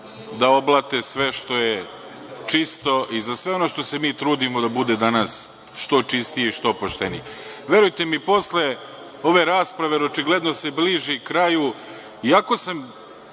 da oblate sve što je čisto i za sve ono što se mi trudimo da bude danas što čistije i što poštenije. Verujte mi, posle ove rasprave, jer očigledno se bliži kraju, iako sam